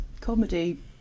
comedy